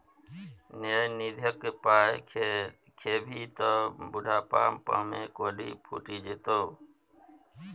न्यास निधिक पाय खेभी त बुढ़ापामे कोढ़ि फुटि जेतौ